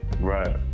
Right